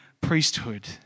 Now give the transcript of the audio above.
priesthood